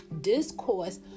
discourse